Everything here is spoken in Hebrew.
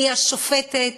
כי היא, השופטת